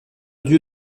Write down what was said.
dieu